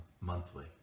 monthly